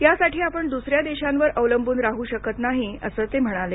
या साठी आपण दुसऱ्या देशांवर अवलंबून राहू शकत नाही असं ते म्हणाले